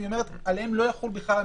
היא אומרת: עליהם לא יחול בכלל המתווה,